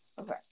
Okay